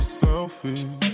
selfish